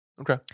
Okay